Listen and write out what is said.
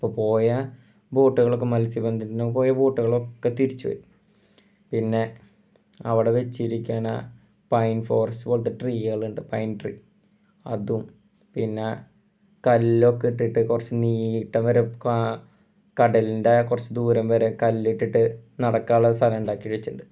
അപ്പോൾ പോയ ബോട്ടുകളൊക്കെ മത്സ്യബന്ധനത്തിന് പോയ ബോട്ടുകളൊക്കെ തിരിച്ചുവരും പിന്നെ അവിടെ വച്ചിരിക്കുന്ന പൈൻ ഫോറസ്റ്റ് പോലത്തെ ട്രീകളുണ്ട് പൈൻ ട്രീ അതും പിന്നെ കല്ലൊക്കെ ഇട്ടിട്ട് കുറച്ച് നീട്ടം വരെ കടലിൻ്റെ കുറച്ച് ദൂരം വരെ കല്ലിട്ടിട്ട് നടക്കാനുള്ള സ്ഥലം ഉണ്ടാക്കി വച്ചിട്ടുണ്ട്